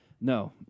No